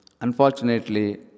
unfortunately